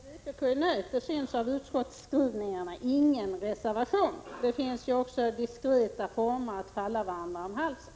Herr talman! Att vpk är nöjt syns av utskottsskrivningen — ingen reservation. Det finns också diskreta former för att falla varandra om halsen.